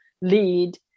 lead